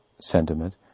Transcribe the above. sentiment